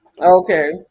Okay